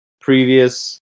previous